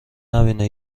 نبینه